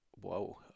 whoa